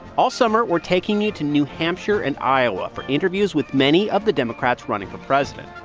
all summer, we're taking you to new hampshire and iowa for interviews with many of the democrats running for president.